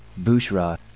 Bushra